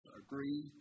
agree